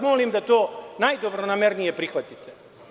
Molim vas da to najdobronamernije prihvatite.